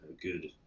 good